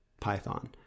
Python